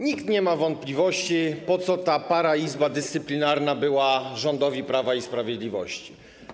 Nikt nie ma wątpliwości, po co ta paraizba dyscyplinarna była rządowi Prawa i Sprawiedliwości.